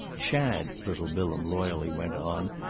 chad, little bilham loyally went on,